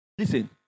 Listen